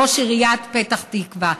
ראש עיריית פתח תקווה.